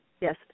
yes